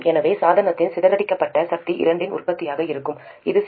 எனவே சாதனத்தில் சிதறடிக்கப்பட்ட சக்தி இரண்டின் உற்பத்தியாக இருக்கும் இது 6